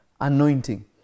anointing